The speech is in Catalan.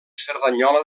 cerdanyola